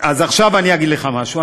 אז עכשיו אני אגיד לך משהו.